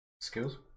Skills